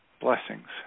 Blessings